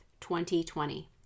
2020